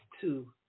two